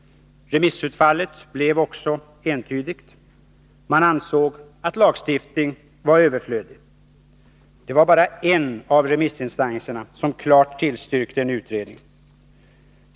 Remissutfallet blev också entydigt. Man ansåg att lagstiftning var överflödig. Det var bara en av remissinstanserna som klart tillstyrkte en utredning.